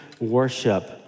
worship